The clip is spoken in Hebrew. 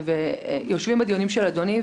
יושבים בדיונים של אדוני,